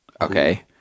Okay